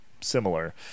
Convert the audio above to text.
similar